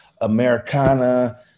Americana